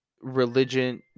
religion